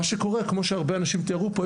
מה שקורה כמו שהרבה אנשים תיארו פה,